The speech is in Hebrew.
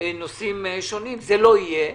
נושאים שונים לא יהיו.